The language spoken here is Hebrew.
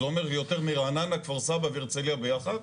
זה אומר יותר מרעננה, כפר סבא והרצליה ביחד.